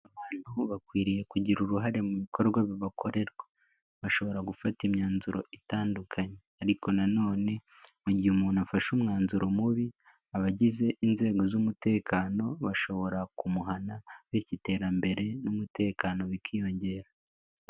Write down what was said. Abantu bakwiriye kugira uruhare mu bikorwa bibakorerwa. Bashobora gufata imyanzuro itandukanye, ariko nan none mu gihe umuntu afashe umwanzuro mubi, abagize inzego z'umutekano bashobora kumuhana, bityo iterambere n'umutekano bikiyongera.